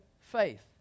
faith